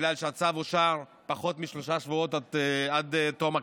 בגלל שהצו אושר פחות משלושה שבועות עד תום הכנס.